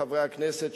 חברי הכנסת,